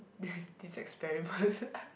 this experiment